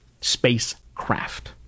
spacecraft